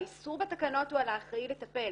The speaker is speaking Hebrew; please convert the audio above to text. האיסור בתקנות הוא על האחראי לטפל.